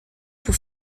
pour